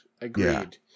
agreed